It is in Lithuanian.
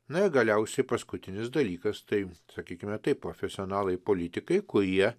na i galiausiai paskutinis dalykas tai sakykime taip profesionalai politikai kurie